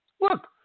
Look